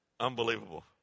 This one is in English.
Unbelievable